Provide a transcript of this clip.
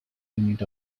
unit